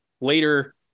later